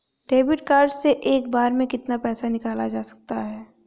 Debit card से एक बार में कितना पैसा निकाला जा सकता है?